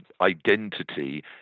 identity